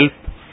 help